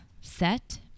set